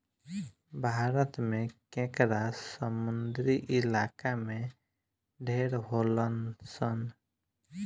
भारत में केकड़ा समुंद्री इलाका में ढेर होलसन